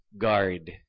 guard